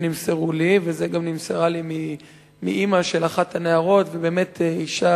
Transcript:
שנמסרו לי, וזה נמסר לי מאמא של אחת הנערות, אשה